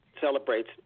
celebrates